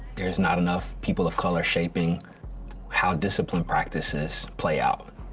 there's not enough people of color shaping how discipline practices play out.